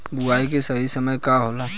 बुआई के सही समय का होला?